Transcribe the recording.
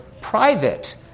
private